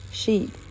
sheep